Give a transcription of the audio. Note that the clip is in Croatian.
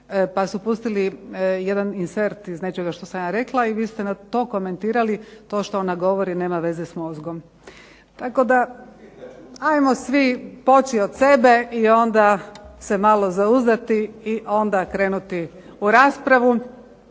pa su pustili jedan insert iz nečeg što sam ja rekla i vi ste na to komentirali to što ona govori nema veze sa mozgom. Tako da ajmo svi poći od sebe i onda se malo zauzdati i onda krenuti u raspravu.